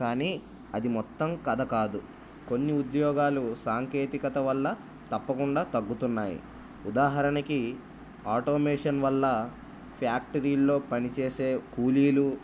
కానీ అది మొత్తం కథ కాదు కొన్ని ఉద్యోగాలు సాంకేతికత వల్ల తప్పకుండా తగ్గుతున్నాయి ఉదాహరణకి ఆటోమేషన్ వల్ల ఫ్యాక్టరీల్లో పనిచేసే కూలీలు